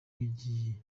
rw’ikigereki